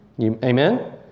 Amen